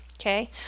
okay